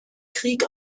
krieg